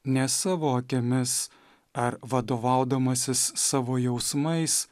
ne savo akimis ar vadovaudamasis savo jausmais